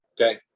Okay